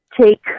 take